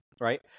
right